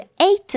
eight